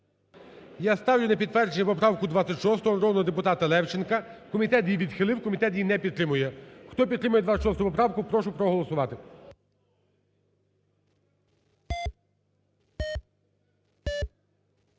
Я ставлю на підтвердження поправку 26 народного депутата Левченка. Комітет її відхилив, комітет її не підтримує. Хто підтримує 26 поправку, прошу проголосувати.